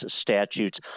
statutes